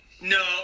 No